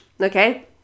okay